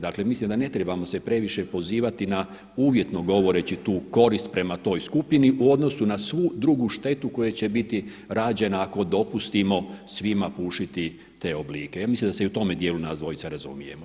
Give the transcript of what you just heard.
Dakle mislim da se ne trebamo previše pozivati na uvjetno govoreći tu korist prema toj skupini u odnosu na svu drugu štetu koja će biti rađena ako dopustimo svima pušiti te oblike, ja mislim da se i u tome dijelu nas dvojica razumijemo.